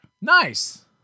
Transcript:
Nice